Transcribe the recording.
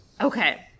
Okay